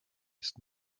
ist